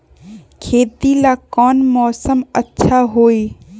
खेती ला कौन मौसम अच्छा होई?